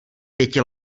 pěti